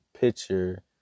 picture